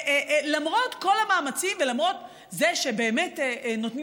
למרות כל המאמצים ולמרות זה שבאמת נותנים